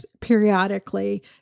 periodically